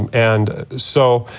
um and so,